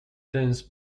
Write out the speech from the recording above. dance